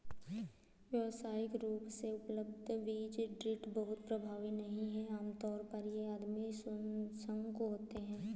व्यावसायिक रूप से उपलब्ध बीज ड्रिल बहुत प्रभावी नहीं हैं आमतौर पर ये आदिम शंकु होते हैं